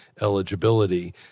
eligibility